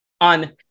on